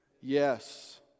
Yes